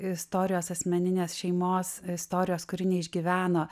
istorijos asmeninės šeimos istorijos kuri neišgyveno